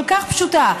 כל כך פשוטה.